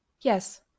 yes